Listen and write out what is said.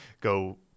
go